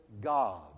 God